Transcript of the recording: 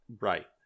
right